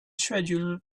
schedule